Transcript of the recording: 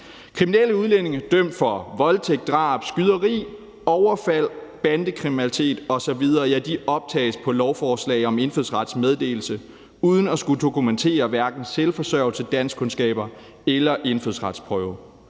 Kriminelle udlændinge dømt for voldtægt, drab, skyderi, overfald, bandekriminalitet osv. optages på lovforslag om indfødsrets meddelelse uden at skulle dokumentere selvforsørgelse, danskkundskaber eller indfødsretsprøve.